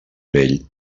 vell